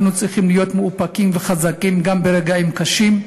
אנחנו צריכים להיות מאופקים וחזקים גם ברגעים קשים,